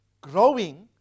growing